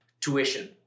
tuition